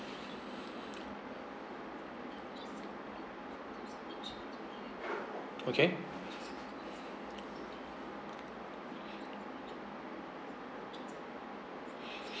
okay